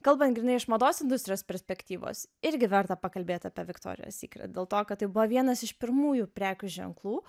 kalbant grynai iš mados industrijos perspektyvos irgi verta pakalbėt apie viktorija sykret dėl to kad tai buvo vienas iš pirmųjų prekių ženklų